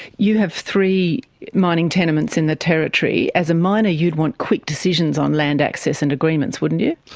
you have three mining tenements in the territory. as a miner you'd want quick decisions on land access and agreements, wouldn't you?